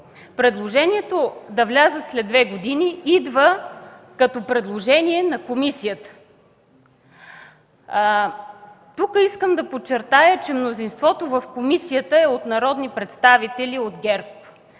Предложението да влязат след две години идва като предложение на комисията. Тук искам да подчертая, че мнозинството в комисията е от народни представители от ГЕРБ.